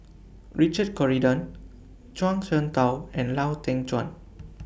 Richard Corridon Zhuang Shengtao and Lau Teng Chuan